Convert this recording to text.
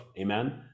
amen